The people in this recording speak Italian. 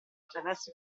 attraverso